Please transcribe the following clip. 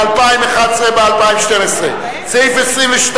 ל-2011 ול-2012, סעיף 22,